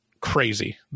crazy